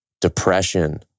depression